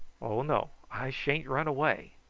oh, no, i sha'n't run away.